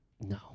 No